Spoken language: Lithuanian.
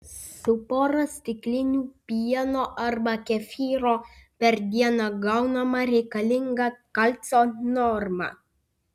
su pora stiklinių pieno arba kefyro per dieną gaunama reikalinga kalcio norma